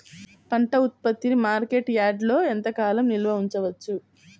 పంట ఉత్పత్తిని మార్కెట్ యార్డ్లలో ఎంతకాలం నిల్వ ఉంచవచ్చు?